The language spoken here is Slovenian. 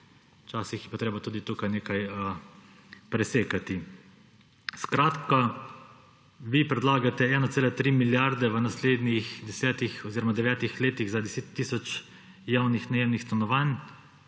včasih je pa treba tudi tukaj nekaj presekati. Skratka, vi predlagate 1,3 milijarde v naslednjih 10 oziroma 9 letih za 10 tisoč javnih najemnih stanovanj.